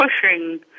pushing